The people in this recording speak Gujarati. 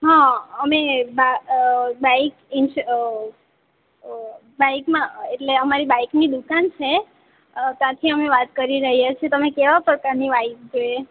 હા અમે બ બાઇક ઇન બાઈકમાં એટલે અમારે બાઈકની દુકાન છે ત્યાંથી અમે વાત કરી રહ્યા છીએ તમે કેવા પ્રકારની બાઇક જોઈએ